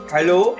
Hello